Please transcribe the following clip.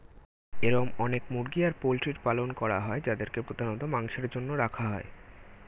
এরম অনেক মুরগি আর পোল্ট্রির পালন করা হয় যাদেরকে প্রধানত মাংসের জন্য রাখা হয়